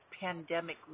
pandemic